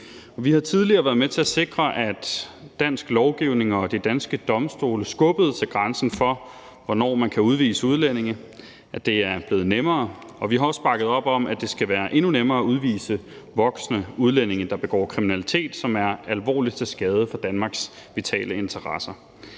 Vi har tidligere været med til at sikre, at dansk lovgivning og de danske domstole skubbede til grænsen for, hvornår man kan udvise udlændinge, og det er blevet nemmere. Vi har også bakket op om, at det skal være endnu nemmere at udvise voksne udlændinge, der begår kriminalitet, som er alvorligt til skade for Danmarks vitale interesser.